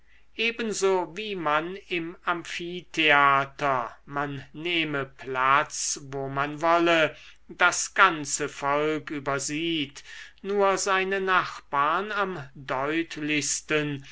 ebenso wie man im amphitheater man nehme platz wo man wolle das ganze volk übersieht nur seine nachbarn am deutlichsten